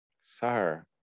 Sir